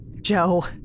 Joe